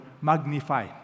magnify